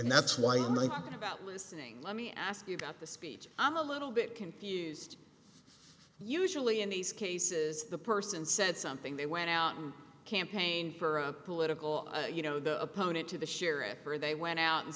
and that's why i'm not going about listening let me ask you got the speech i'm a little bit confused usually in these cases the person said something they went out and campaigned for a political you know the opponent to the sheriff or they went out and